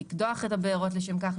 לקדוח את הבארות לשם כך,